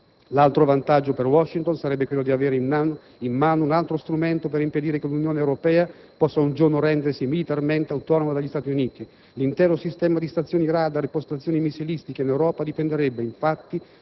L'altro vantaggio per Washington sarebbe quello di avere in mano un altro strumento per impedire che l'Unione Europea possa un giorno rendersi militarmente autonoma dagli Stati Uniti. L'intero sistema di stazioni radar e postazioni missilistiche in Europa dipenderebbe infatti